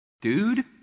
dude